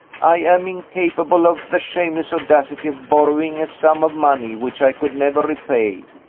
i am incapable of the shameless audacity of borrowing a sum of money which i could never repay.